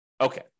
Okay